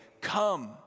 Come